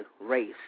race